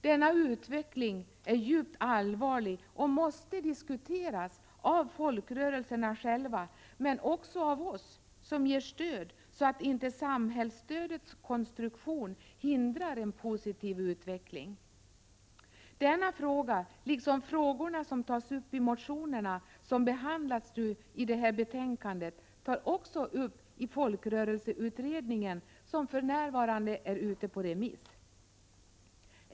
Denna utveckling är djupt allvarlig och måste diskuteras av folkrörelserna själva, men också av oss som ger stöd, så att inte samhällsstödets konstruktion hindrar en positiv utveckling. Denna fråga, liksom andra frågor som tas upp i de motioner som behandlas i betänkandet, tas också upp i folkrörelseutredningens förslag som för närvarande är ute på remiss.